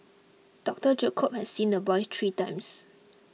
Doctor Jacob had seen the boy three times